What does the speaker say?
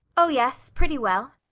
oh, yes pretty well.